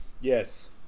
Yes